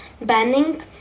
banning